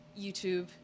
YouTube